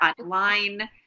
online